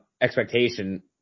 expectation